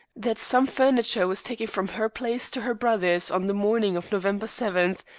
that some furniture was taken from her place to her brother's on the morning of november seven,